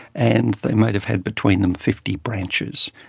and they might have had between them fifty branches.